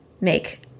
make